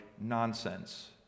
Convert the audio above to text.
nonsense